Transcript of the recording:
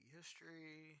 history